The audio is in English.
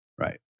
Right